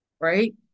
Right